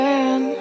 Man